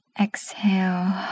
Exhale